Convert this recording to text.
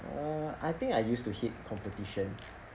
uh I think I used to hate competition